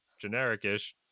generic-ish